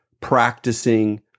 practicing